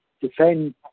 defend